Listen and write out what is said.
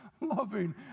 loving